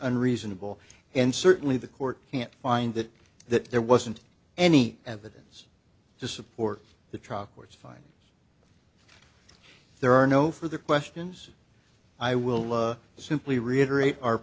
unreasonable and certainly the court can't find that that there wasn't any evidence to support the trial court's fine there are no further questions i will simply reiterate our